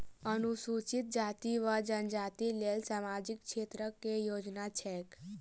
अनुसूचित जाति वा जनजाति लेल सामाजिक क्षेत्रक केँ योजना छैक?